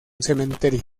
cementerio